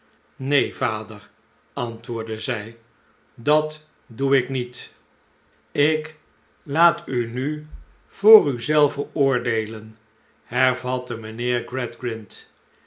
neen vader antwoordde zij dat doe ik niet slechte tijdejt ik laat u nu voor u zelve oordeelen hervatte mijnheer